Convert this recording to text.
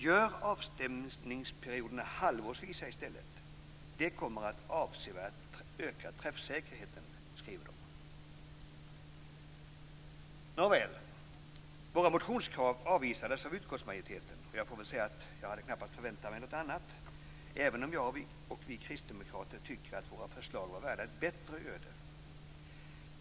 Gör avstämningsperioderna halvårsvisa i stället, det kommer att avsevärt öka träffsäkerheten, skriver de. Våra motionskrav avvisades av utskottsmajoriteten. Jag hade knappast förväntat mig något annat, även om vi kristdemokrater tycker att våra förslag var värda ett bättre öde.